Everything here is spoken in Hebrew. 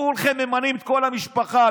כולכם ממנים את כל המשפחה.